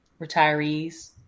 retirees